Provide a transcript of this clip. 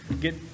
get